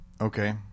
Okay